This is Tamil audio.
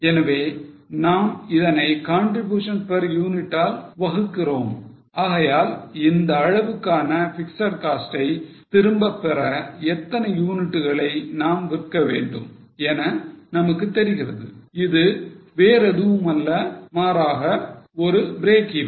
எனவே நாம் இதனை contribution per unit ஆல் வகுகிறோம் ஆகையால் இந்த அளவுக்கான பிக்ஸட் காஸ்ட் ஐ திரும்பப்பெற எத்தனை யூனிட்டுகளை நாம் விற்க வேண்டும் என நமக்கு தெரிகிறது இது வேறெதுவும் அல்ல மாறாக ஒரு break even